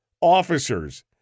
officers